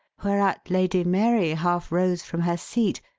whereat lady mary half rose from her seat,